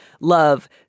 love